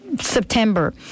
September